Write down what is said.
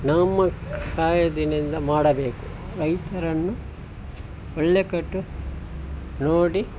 ನಮ್ಮ ಸಹಾಯದಿನಿಂದ ಮಾಡಬೇಕು ರೈತರನ್ನು ಒಳ್ಳೆಯ ಕಟ್ಟು ನೋಡಿ